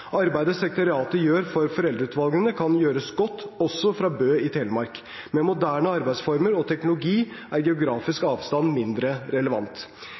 Arbeidet sekretariatet gjør for foreldreutvalgene, kan gjøres godt også fra Bø i Telemark. Med moderne arbeidsformer og teknologi er geografisk avstand mindre relevant.